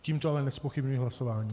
Tímto ale nezpochybňuji hlasování.